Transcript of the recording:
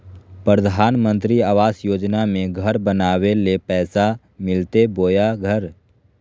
प्रधानमंत्री आवास योजना में घर बनावे ले पैसा मिलते बोया घर?